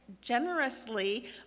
generously